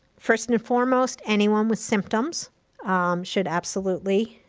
first and foremost, anyone with symptoms should absolutely